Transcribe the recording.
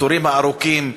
בתורים הארוכים,